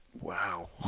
Wow